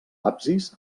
absis